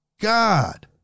God